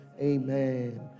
Amen